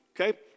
Okay